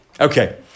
Okay